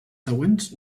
següents